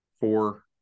four